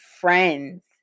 friends